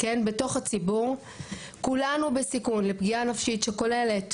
בתוך הציבור כולנו בסיכון לפגיעה נפשית שכוללת,